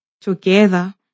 Together